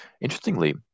Interestingly